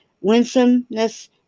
winsomeness